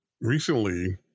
recently